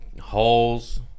holes